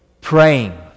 praying